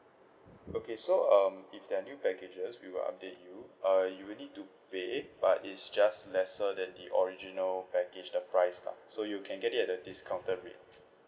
okay so um if there are new packages we will update you uh you will need to pay but it's just lesser than the original package the price lah so you can get it at a discounted rate